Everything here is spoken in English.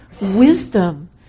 wisdom